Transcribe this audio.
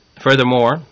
Furthermore